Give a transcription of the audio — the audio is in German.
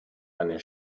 einer